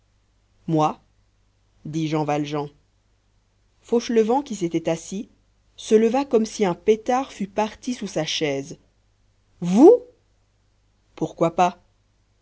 moi dit jean valjean fauchelevent qui s'était assis se leva comme si un pétard fût parti sous sa chaise vous pourquoi pas